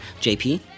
JP